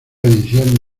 edición